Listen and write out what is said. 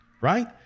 Right